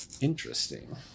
interesting